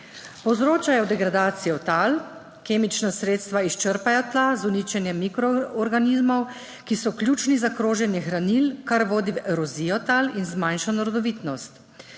povzročajo degradacijo tal, kemična sredstva izčrpajo tla z uničenjem mikroorganizmov, ki so ključni za kroženje hranil, kar vodi v erozijo tal in zmanjšano rodovitnost,